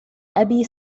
أبي